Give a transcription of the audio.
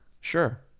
Sure